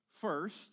First